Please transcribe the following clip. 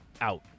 out